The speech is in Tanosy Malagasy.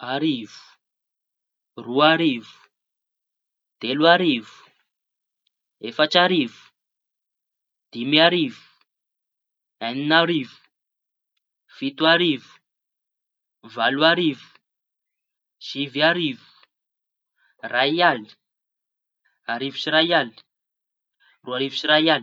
Arivo, roa arivo, telo arivo, efatra arivo, dimy arivo, eñiña arivo, fito arivo, valo arivo, sivy arivo, ray aly, arivo sy iray aly, roa arivo sy iray aly.